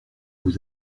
vous